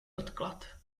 odklad